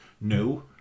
no